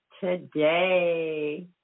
today